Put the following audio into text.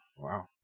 wow